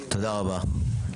תודה רבה.